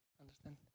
Understand